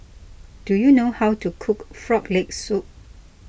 do you know how to cook Frog Leg Soup